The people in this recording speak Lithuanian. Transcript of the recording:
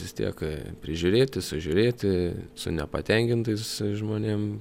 vis tiek prižiūrėti sužiūrėti su nepatenkintais žmonėm